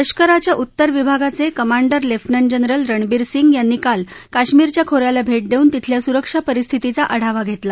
लष्कराच्या उत्तर विभागाचे commander lieutenant general Ranbir Singh यांनी काल काश्मिरच्या खो याला भेट देऊन तिथल्या सुरक्षा परिस्थितीचा आढावा घेतला